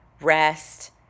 rest